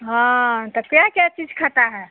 हाँ त क्या क्या चीज़ खाता है